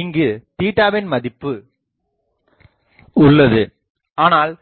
இங்கு வின் மதிப்பு உள்ளது ஆனால்